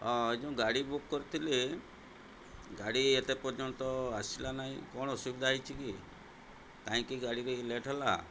ହଁ ଏଇ ଯେଉଁ ଗାଡ଼ି ବୁକ୍ କରିଥିଲି ଗାଡ଼ି ଏବେ ପର୍ଯ୍ୟନ୍ତ ଆସିଲା ନାଇ କ'ଣ ଅସୁବିଧା ହେଇଛି କି କାହିଁକି ଗାଡ଼ି ବି ଲେଟ୍ ହେଲା